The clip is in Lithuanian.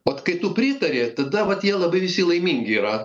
vat kai tu pritari tada vat jie labai visi laimingi yra